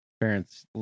parents